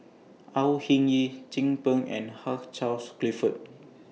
Au Hing Yee Chin Peng and Hugh Charles Clifford